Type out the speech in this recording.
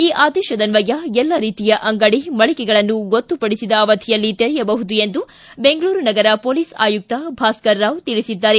ಈ ಆದೇಶದನ್ವಯ ಎಲ್ಲ ರೀತಿಯ ಅಂಗಡಿ ಮಳಿಗೆಗಳನ್ನು ಗೊತ್ತುಪಡಿಸಿದ ಅವಧಿಯಲ್ಲಿ ತೆರೆಯಬಹುದು ಎಂದು ಬೆಂಗಳೂರು ನಗರ ಪೊಲೀಸ್ ಆಯುಕ್ತ ಭಾಸ್ಕರ್ ರಾವ್ ತಿಳಿಸಿದ್ದಾರೆ